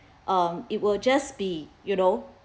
um it will just be you know